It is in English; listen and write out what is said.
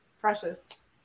precious